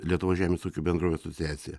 lietuvos žemės ūkio bendrovių asociacija